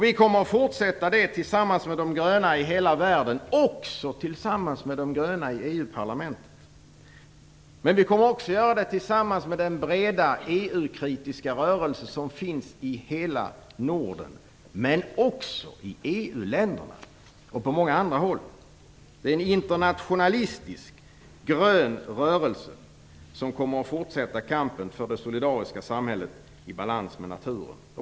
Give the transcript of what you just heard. Vi kommer att fortsätta det arbetet tillsammans med de gröna i hela världen, och också tillsammans med de gröna i EU-parlamentet. Men vi kommer även att göra det tillsammans med den breda EU-kritiska rörelse som finns i hela Norden men också i EU länderna och på många andra håll. Det är en internationalistisk grön rörelse som kommer att fortsätta kampen för det solidariska samhället i balans med naturen.